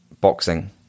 boxing